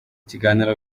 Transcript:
kiganiro